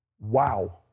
Wow